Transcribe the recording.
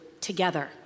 together